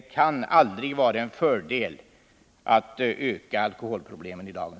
Vi får inte öka alkoholproblemen.